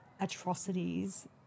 atrocities